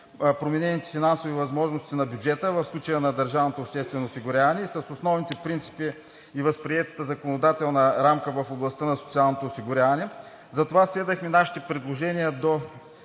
променените финансови възможности на бюджета – в случая на държавното обществено осигуряване, и с основните принципи и възприетата законодателна рамка в областта на социалното осигуряване. Затова сведохме нашите предложения до